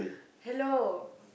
hello